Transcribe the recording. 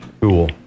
Cool